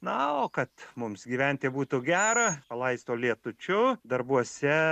na o kad mums gyventi būtų gera palaisto lietučiu darbuose